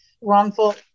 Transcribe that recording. wrongful